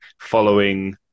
following